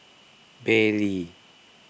Bentley